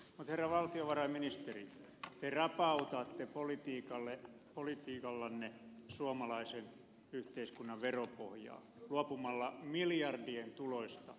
herra valtiovarainministeri te rapautatte politiikallanne suomalaisen yhteiskunnan veropohjaa luopumalla miljardien tuloista